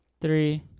three